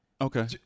Okay